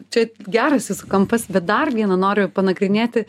čia geras jūsų kampas bet dar vieną noriu panagrinėti